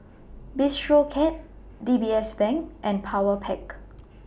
Bistro Cat D B S Bank and Powerpac